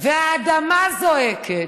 והאדמה זועקת.